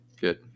Good